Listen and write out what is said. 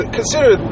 consider